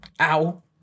Ow